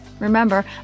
Remember